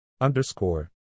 Underscore